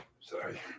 Sorry